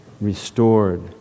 restored